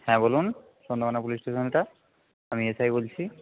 হ্যাঁ বলুন Chandrakona police station এটা আমি এসআই বলছি